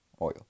oil